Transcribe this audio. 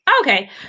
Okay